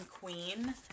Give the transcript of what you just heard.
queen